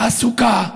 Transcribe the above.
תעסוקה,